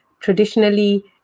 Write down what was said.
Traditionally